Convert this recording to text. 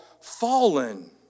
fallen